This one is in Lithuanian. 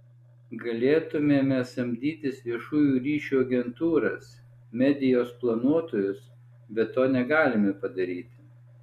galėtumėme samdytis viešųjų ryšių agentūras medijos planuotojus bet to negalime padaryti